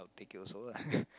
take it also lah